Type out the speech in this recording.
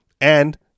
And-